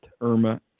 Irma